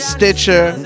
Stitcher